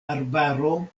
arbaro